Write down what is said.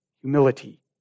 Humility